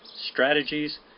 strategies